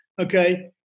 Okay